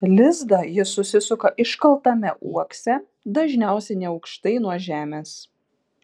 lizdą ji susisuka iškaltame uokse dažniausiai neaukštai nuo žemės